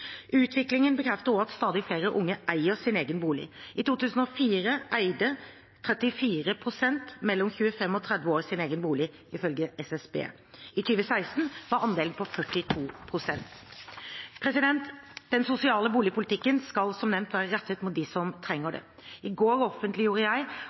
Utviklingen bekrefter også at stadig flere unge eier sin egen bolig. I 2004 eide 34 pst. mellom 25 og 30 år sin egen bolig, ifølge SSB. I 2016 var andelen på 42 pst. Den sosiale boligpolitikken skal som nevnt være rettet mot dem som trenger det. I går offentliggjorde jeg